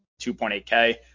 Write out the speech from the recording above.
2.8K